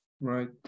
Right